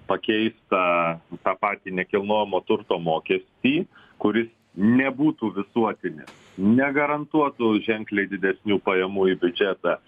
pakeistą tą patį nekilnojamo turto mokestį kuris nebūtų visuotini negarantuotų ženkliai didesnių pajamų į biudžetą